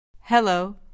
Hello